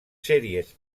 sèries